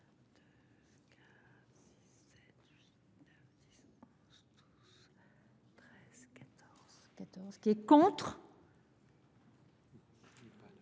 qui est notre